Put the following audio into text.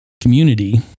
community